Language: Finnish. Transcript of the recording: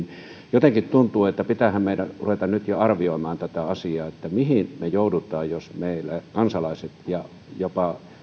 jotenkin tuntuu että pitäähän meidän ruveta nyt jo arvioimaan tätä asiaa mihin me joudumme jos meillä kansalaiset ja jopa